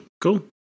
cool